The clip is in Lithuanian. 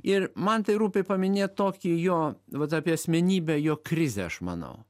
ir man tai rūpi paminėt tokį jo vat apie asmenybę jo krizę aš manau